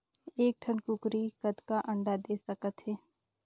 एक ठन कूकरी कतका अंडा दे सकथे?